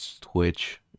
Twitch